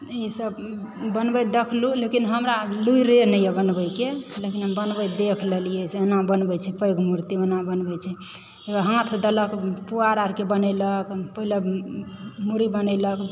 ईसभ बनबैत देखलूँ लेकिन हमरा लुरिए नहि यऽ बनबयके लेकिन हम बनबैत देख लेलियै से एना बनबैत छै पैघ मूर्ति ओना बनबैत छै हे हाथ देलक पुआर अरके बनेलक पहिले मुड़ी बनेलक